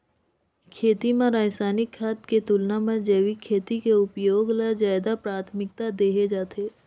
खेती म रसायनिक खाद के तुलना म जैविक खेती के उपयोग ल ज्यादा प्राथमिकता देहे जाथे